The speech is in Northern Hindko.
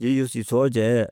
یہ اسی سوچ ہے